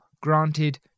granted